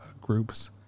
groups